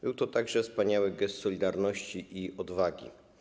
Był to także wspaniały gest solidarności i odwagi.